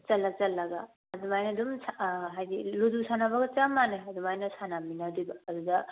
ꯆꯠꯂ ꯆꯠꯂꯒ ꯑꯗꯨꯃꯥꯏꯅ ꯑꯗꯨꯝ ꯍꯥꯏꯕꯗꯤ ꯂꯨꯗꯣ ꯁꯥꯟꯅꯕꯒ ꯆꯞ ꯃꯥꯟꯅꯩ ꯑꯗꯨꯃꯥꯏꯅ ꯁꯥꯟꯅꯃꯤꯟꯅꯒꯗꯣꯏꯕ ꯑꯗꯨꯗ